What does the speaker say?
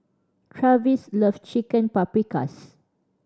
Travis loves Chicken Paprikas